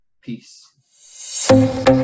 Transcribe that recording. Peace